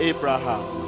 Abraham